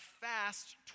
fast